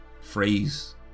phrase